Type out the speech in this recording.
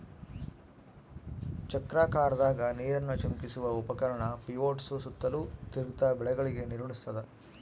ಚಕ್ರಾಕಾರದಾಗ ನೀರನ್ನು ಚಿಮುಕಿಸುವ ಉಪಕರಣ ಪಿವೋಟ್ಸು ಸುತ್ತಲೂ ತಿರುಗ್ತ ಬೆಳೆಗಳಿಗೆ ನೀರುಣಸ್ತಾದ